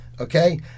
okay